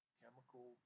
chemical